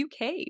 UK